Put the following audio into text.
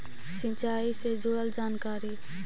सिंचाई से जुड़ल जानकारी?